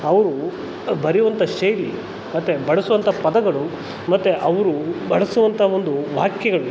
ಅವರು ಬರೆಯುವಂಥ ಶೈಲಿ ಮತ್ತು ಬಳಸುವಂಥ ಪದಗಳು ಮತ್ತು ಅವರು ಬಳಸುವಂಥ ಒಂದು ವಾಕ್ಯಗಳು